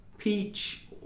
Peach